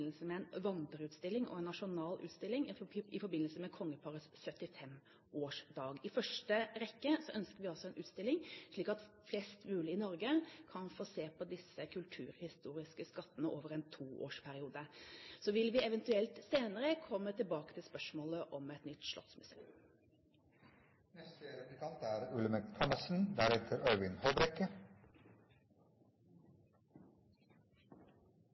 forbindelse med kongeparets 75-årsdag. I første rekke ønsker vi altså en utstilling, slik at flest mulig i Norge kan få se disse kulturhistoriske skattene over en toårsperiode. Så vil vi eventuelt senere komme tilbake til spørsmålet om et nytt slottsmuseum. «Alle skal med», er